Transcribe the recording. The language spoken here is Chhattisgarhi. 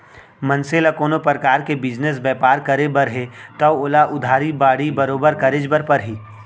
मनसे ल कोनो परकार के बिजनेस बयपार करे बर हे तव ओला उधारी बाड़ही बरोबर करेच बर परही